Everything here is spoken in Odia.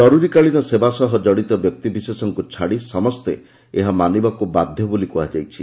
ଜରୁରୀକାଳୀନ ସେବା ସହ ଜଡ଼ିତ ବ୍ୟକ୍ତିବିଶେଷଙ୍କ ଛାଡ଼ି ସମସ୍ତେ ଏହା ମାନିବାକୁ ବାଧ୍ଯ ବୋଲି କୁହାଯାଇଛି